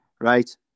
Right